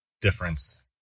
difference